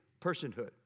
personhood